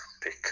pick